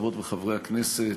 חברות וחברי הכנסת,